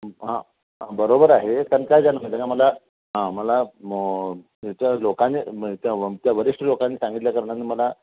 हां बरोबर आहे कारण काय झालं माहिती आहे का मला हां मला त्या लोकांनी त्या वरिष्ठ लोकांनी सांगितल्या कारणाने मला